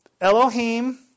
Elohim